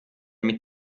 mit